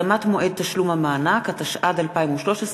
(תיקון) (הקדמת מועד תשלום המענק), התשע"ד 2013,